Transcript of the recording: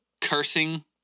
cursing